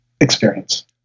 experience